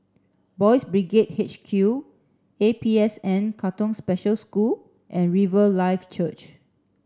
Boys' HQ A P S N Katong Special School and Riverlife Church